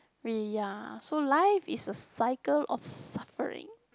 we ya so life is a cycle of suffering